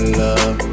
love